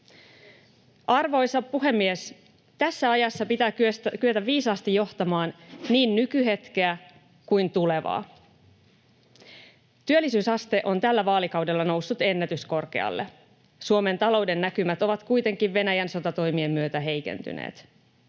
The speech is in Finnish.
Arvoisa puhemies! Tässä ajassa pitää kyetä viisaasti johtamaan niin nykyhetkeä kuin tulevaa. Työllisyysaste on tällä vaalikaudella noussut ennätyskorkealle. Suomen talouden näkymät ovat kuitenkin Venäjän sotatoimien myötä heikentyneet.